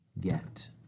get